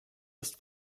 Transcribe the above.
ist